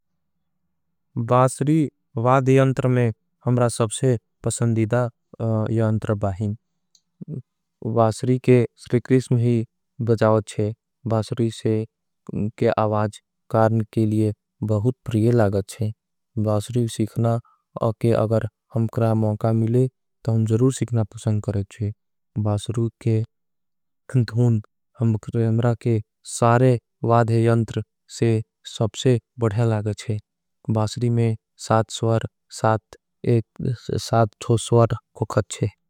बासरी वाधयंत्र में हमरा सबसे पसंदीदा यांत्र बाहिं। बासरी के स्रिक्रिष्म ही बजाओच्छे बासरी से के। आवाज कार्ण के लिए बहुत प्रिये लागच्छे। बासरी सीखना अगर हमकरा मौका मिले। तो हम जरूर सीखना पसंद करेच्छे बासरूर। के धून हमकरा मौका के सारे वाधयंत्र से। सबसे बढ़े लागच्छे बासरी में साथ स्वर होगच्छे।